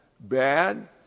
bad